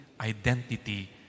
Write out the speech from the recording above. identity